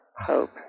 hope